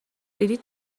بلیط